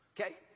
Okay